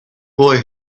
boy